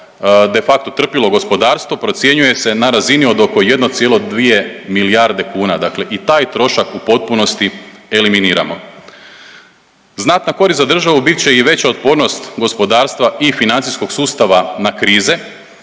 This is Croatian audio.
de facto trpilo gospodarstvo procjenjuje se na razini od oko 1,2 milijarde kuna, dakle i taj trošak u potpunosti eliminiramo. Znatna korist za državu bit će i veća otpornost gospodarstva i financijskog sustava na krize